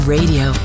Radio